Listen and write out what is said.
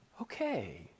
okay